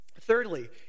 Thirdly